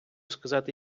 сказати